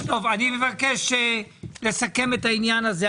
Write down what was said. טוב, אני מבקש לסכם את העניין הזה.